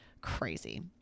crazy